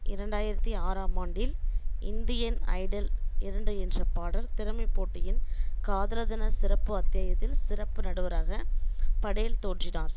இரண்டாயிரத்தி ஆறாம் ஆண்டில் இந்தியன் ஐடல் இரண்டு என்ற பாடல் திறமை போட்டியின் காதலர் தின சிறப்பு அத்தியாயத்தில் சிறப்பு நடுவராக படேல் தோன்றினார்